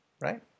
Right